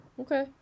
Okay